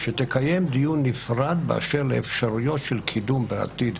לקיים דיון נפרד באשר לאפשרויות של קידום בעתיד.